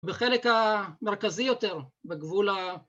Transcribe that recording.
‫בחלק המרכזי יותר, בגבול ה...